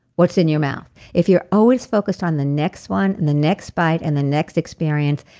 what's in your mouth? if you're always focused on the next one, and the next bite, and the next experience,